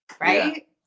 right